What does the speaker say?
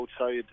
outside